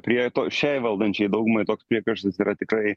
prie to šiai valdančiai daugumai toks priekaištas yra tikrai